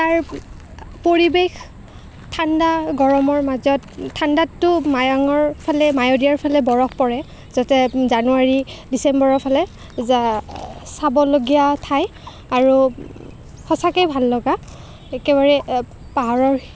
তাৰ পৰিৱেশ ঠাণ্ডা গৰমৰ মাজত ঠাণ্ডাতটো মায়ঙৰফালে মায়দিয়াৰফালে বৰফ পৰে তাতে জানুৱাৰী ডিচেম্বৰৰফালে যা চাবলগীয়া ঠাই আৰু সঁচাকৈয়ে ভাল লগা একেবাৰে পাহাৰৰ